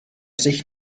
sich